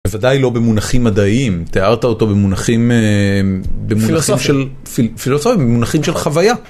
בוודאי לא במונחים מדעיים, תיארת אותו במונחים במונחים של פילוסופים מונחים של חוויה.